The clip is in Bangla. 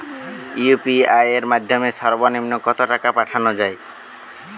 ইউ.পি.আই এর মাধ্যমে সর্ব নিম্ন কত টাকা পাঠানো য়ায়?